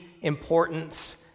importance